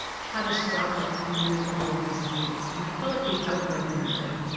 catastrophic communicable disease and i call it the outbreak narrative.